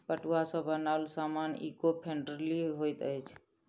पटुआ सॅ बनाओल सामान ईको फ्रेंडली होइत अछि